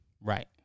Right